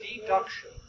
deduction